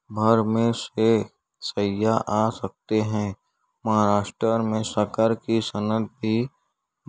سیاح آ سکتے ہیں مہاراشٹر میں شکر کی صنعت بھی